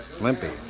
Limpy